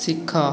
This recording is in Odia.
ଶିଖ